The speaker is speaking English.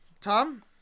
Tom